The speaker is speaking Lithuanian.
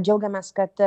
džiaugiamės kad